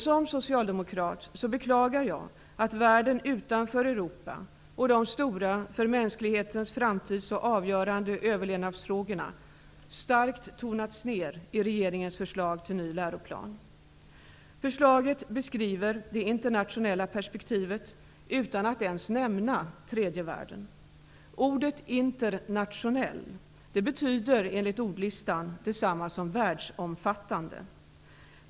Som socialdemokrat beklagar jag att världen utanför Europa och de för mänsklighetens framtid så stora och avgörande överlevnadsfrågorna starkt tonats ned i regeringens förslag till ny läroplan. I förslaget beskrivs det internationella perspektivet utan att man ens nämner tredje världen. Ordet ''internationell'' betyder enligt ordlistan detsamma som ''världsomfattande''.